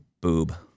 boob